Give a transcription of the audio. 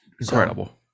Incredible